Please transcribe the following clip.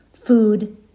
food